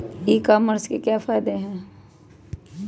ई commerce के क्या फायदे हैं?